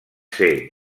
ser